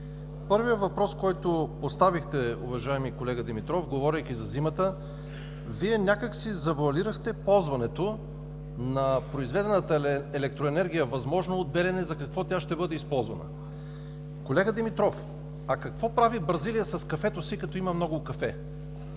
Първият въпрос, който поставихте, уважаеми колега Димитров, говорейки за зимата, Вие някак си завоалирахте ползването на произведената електроенергия от „Белене“ – за какво тя ще бъде използвана. Колега Димитров, какво прави Бразилия с кафето си, като има много кафе?